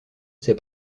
ces